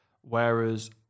Whereas